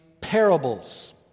parables